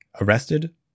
arrested